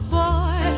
boy